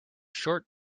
short